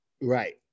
Right